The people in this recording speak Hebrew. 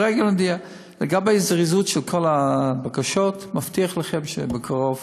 לגבי הזריזות, כל הבקשות, אני מבטיח לכם שבקרוב